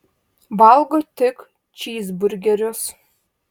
valgo tik čyzburgerius